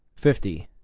fifty.